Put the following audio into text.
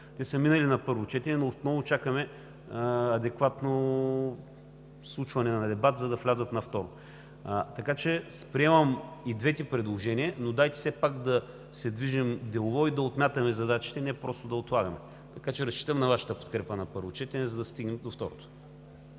Те са минали на първо четене, но отново чакаме адекватно случване на дебат, за да влязат на второ. Аз приемам и двете предложения, но все пак дайте да се движим делово и да отмятаме задачите, а не просто да отлагаме. Разчитам на Вашата подкрепа на първо четене, за да стигнем до второто.